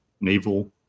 Naval